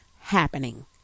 happening